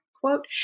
quote